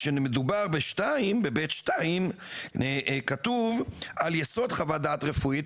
כשמדובר ב- 2 כתוב על יסוד חוות דעת רפואית,